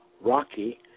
Rocky